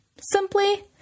Simply